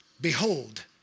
behold